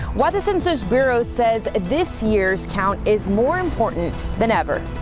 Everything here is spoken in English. why the census bureau says this year's count is more important than ever.